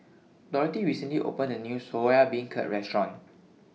Dorthey recently opened A New Soya Beancurd Restaurant